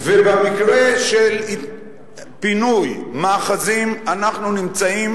ובמקרה של פינוי מאחזים אנחנו נמצאים